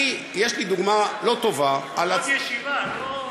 יש לי דוגמה לא טובה, עוד ישיבה, לא,